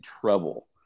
trouble